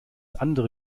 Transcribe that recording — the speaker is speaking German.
andere